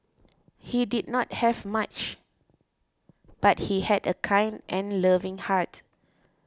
he did not have much but he had a kind and loving heart